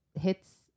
hits